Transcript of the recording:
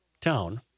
town